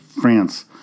France